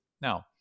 Now